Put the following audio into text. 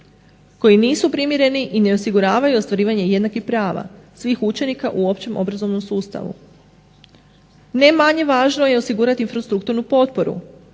koji nisu primjereni i ne osiguravaju ostvarivanje jednakih prava svih učenika u općem obrazovnom sustavu. Ne manje važno je osigurati tu strukturnu potporu